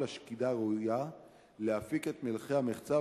השקידה הראויה להפיק את מלחי-המחצב,